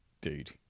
Dude